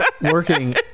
working